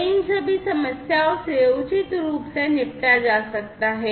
तो इन सभी समस्याओं से उचित रूप से निपटा जा सकता है